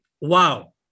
Wow